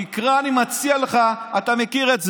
תקרא, אני מציע לך, אתה מכיר את זה,